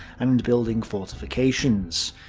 and building fortifications.